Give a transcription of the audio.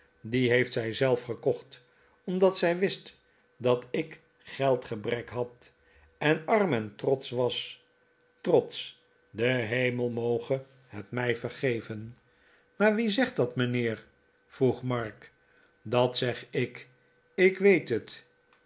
dien heeft zij zelf gekocht omdat zij wist dat ik geldgebrek had en arm en trotsch was trotsch de hemel moge het mij vergeven maar wie zegt dat mijnheer vroeg mark dat zeg ik ik weet het